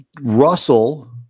Russell